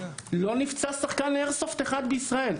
לא נפצע שחקן איירסופט אחד בישראל,